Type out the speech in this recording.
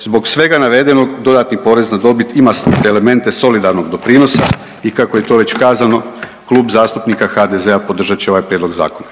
Zbog svega navedenog dodatni porez na dobit ima elemente solidarnog doprinosa i kako je to već kazano Klub zastupnika HDZ-a podržat će ovaj Prijedlog zakona.